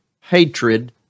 hatred